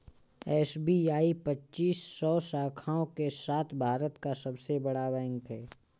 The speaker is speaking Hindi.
एस.बी.आई पच्चीस सौ शाखाओं के साथ भारत का सबसे बड़ा बैंक है